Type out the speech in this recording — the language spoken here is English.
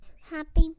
Happy